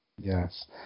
Yes